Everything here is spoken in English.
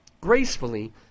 gracefully